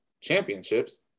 championships